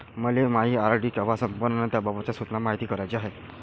मले मायी आर.डी कवा संपन अन त्याबाबतच्या सूचना मायती कराच्या हाय